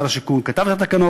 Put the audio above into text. ששר השיכון באמת כתב את התקנות,